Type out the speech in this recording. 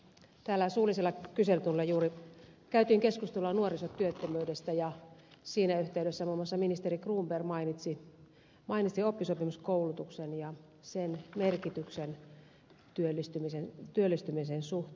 täällä suullisella kyselytunnilla juuri käytiin keskustelua nuorisotyöttömyydestä ja siinä yhteydessä muun muassa ministeri cronberg mainitsi oppisopimuskoulutuksen ja sen merkityksen työllistymisen suhteen